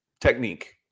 technique